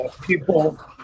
people